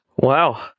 Wow